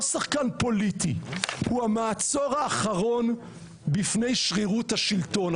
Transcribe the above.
שחקן פוליטי אלא הוא המעצור האחרון בפני שרירות השלטון.